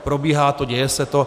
Probíhá to, děje se to.